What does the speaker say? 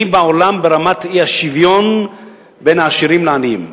בעולם ברמת האי-שוויון בין העשירים לעניים.